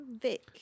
Vick